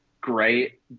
great